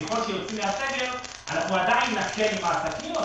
ככל שנצא מהסגר עדיין נקל על העסקים,